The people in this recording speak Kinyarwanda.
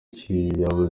kikaba